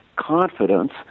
confidence